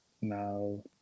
No